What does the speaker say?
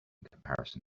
comparison